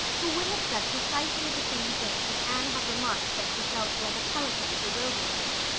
who would have said precisely the same thing if anne had remarked that she felt like a pelican of the wilderness.